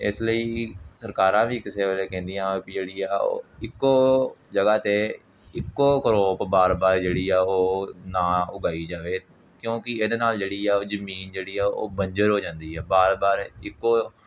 ਇਸ ਲਈ ਸਰਕਾਰਾਂ ਵੀ ਕਿਸੇ ਵੇਲੇ ਕਹਿੰਦੀਆਂ ਵੀ ਜਿਹੜੀ ਆ ਉਹ ਇੱਕੋ ਜਗ੍ਹਾ 'ਤੇ ਇੱਕੋ ਕਰੋਪ ਵਾਰ ਵਾਰ ਜਿਹੜੀ ਆ ਉਹ ਨਾ ਉਗਾਈ ਜਾਵੇ ਕਿਉਂਕਿ ਇਹਦੇ ਨਾਲ ਜਿਹੜੀ ਆ ਜ਼ਮੀਨ ਜਿਹੜੀ ਆ ਉਹ ਬੰਜਰ ਹੋ ਜਾਂਦੀ ਆ ਵਾਰ ਵਾਰ ਇੱਕੋ